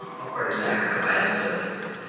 according to the parent, provided services.